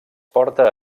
porta